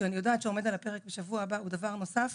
שאני יודעת שעומד על הפרק בשבוע הבא הוא דבר נוסף.